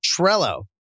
Trello